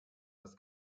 das